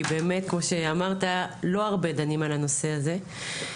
כי באמת כמו שאמרת לא הרבה דנים על הנושא הזה.